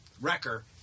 wrecker